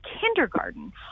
kindergarten